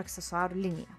aksesuarų linija